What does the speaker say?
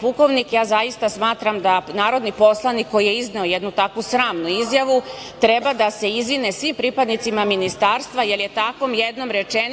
pukovnik, ja zaista smatram da narodni poslanik koji je izneo jednu takvu sramnu izjavu treba da se izvini svim pripadnicima Ministarstva, jer je takvom jednom rečenicom